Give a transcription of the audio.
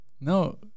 No